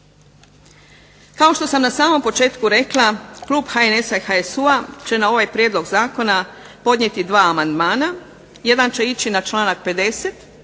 Kao što sam na samom početku rekla Klub HNS HSU-a će na ovaj Prijedlog zakona podnijeti 2 amandmana, jedan će ići na članak 50.